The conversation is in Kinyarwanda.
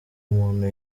umuntu